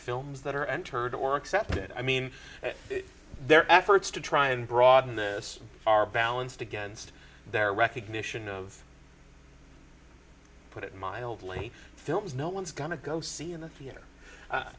films that are entered or accept it i mean their efforts to try and broaden this are balanced against their recognition of put it mildly films no one's going to go see in the theater i